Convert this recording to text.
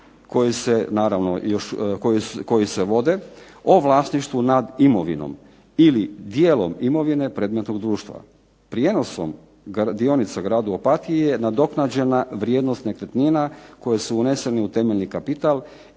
koji se vode o vlasništvu nad imovinom ili dijelom imovine predmetnog društva. Prijenosom dionica gradu Opatiji je nadoknađena vrijednost nekretnina koji su uneseni u temeljni kapital